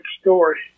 story